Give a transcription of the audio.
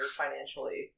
financially